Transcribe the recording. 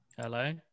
hello